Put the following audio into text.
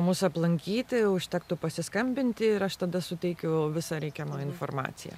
mus aplankyti užtektų pasiskambinti ir aš tada suteikiu visą reikiamą informaciją